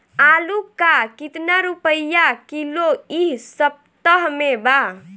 आलू का कितना रुपया किलो इह सपतह में बा?